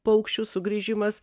paukščių sugrįžimas